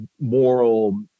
moral